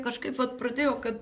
kažkaip vat pradėjo kad